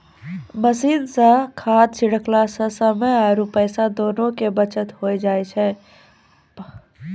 machine सॅ खाद छिड़कला सॅ समय आरो पैसा दोनों के बचत होय जाय छै भायजी